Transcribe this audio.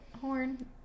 horn